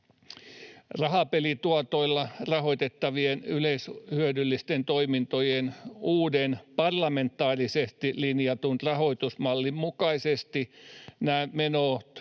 Rahapelituotoilla rahoitettavien yleishyödyllisten toimintojen uuden parlamentaarisesti linjatun rahoitusmallin mukaisesti nämä menot